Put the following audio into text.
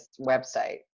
website